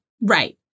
Right